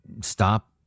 stop